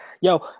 yo